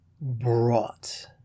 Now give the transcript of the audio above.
Brought